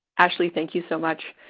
ashley, thank you so much.